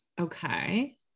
okay